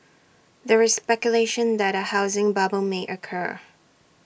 there is speculation that A housing bubble may occur